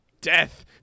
Death